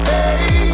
Hey